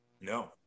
no